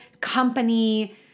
company